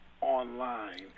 online